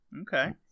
Okay